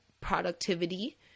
productivity